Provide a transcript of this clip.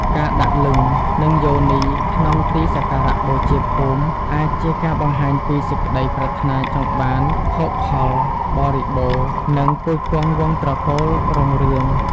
ការដាក់លីង្គ និងយោនីក្នុងទីសក្ការៈបូជាភូមិ អាចជាការបង្ហាញពីសេចក្តីប្រាថ្នាចង់បានភោគផលបរិបូរណ៍ និងពូជពង្សវង្សត្រកូលរុងរឿង។